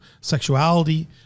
sexuality